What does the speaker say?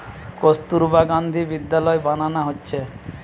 কস্তুরবা গান্ধী বিদ্যালয় বানানা হচ্ছে